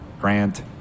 Grant